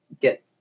get